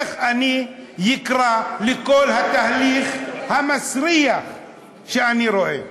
איך אני אקרא לכל התהליך המסריח שאני רואה.